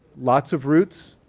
lots of roots,